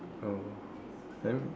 oh then